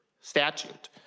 statute